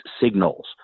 signals